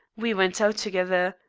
we went out together.